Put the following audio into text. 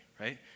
right